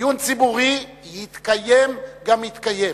דיון ציבורי יתקיים גם יתקיים,